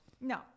No